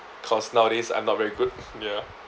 cause nowadays I'm not very good ya